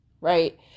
right